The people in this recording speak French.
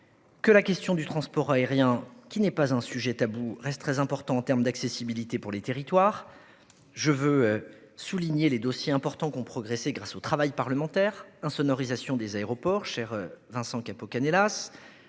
que la question du transport aérien, qui n'est pas taboue, reste très importante en matière d'accessibilité pour les territoires. Je veux souligner les dossiers importants qui ont progressé grâce au travail parlementaire : insonorisation des aéroports, cher Vincent Capo-Canellas,